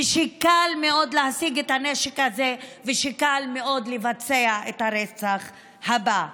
ושקל מאוד להשיג את הנשק הזה ושקל מאוד לבצע את הרצח הבא,